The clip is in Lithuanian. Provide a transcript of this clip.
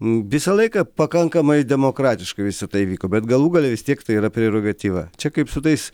visą laiką pakankamai demokratiškai visa tai vyko bet galų gale vis tiek tai yra prerogatyva čia kaip su tais